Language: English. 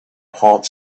part